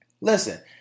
Listen